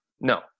No